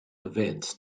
events